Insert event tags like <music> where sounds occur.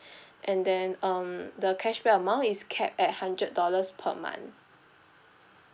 <breath> and then um the cashback amount is capped at hundred dollars per month